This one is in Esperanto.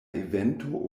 evento